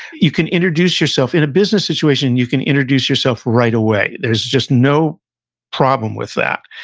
you can introduce yourself, in a business situation, you can introduce yourself right away, there's just no problem with that.